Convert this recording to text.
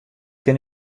kin